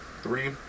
Three